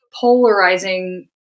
polarizing